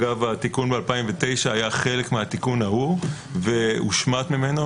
אגב התיקון מ-2009 היה חלק מהתיקון ההוא והושמט ממנו.